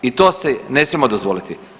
I to si ne smijemo dozvoliti.